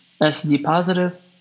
SD-positive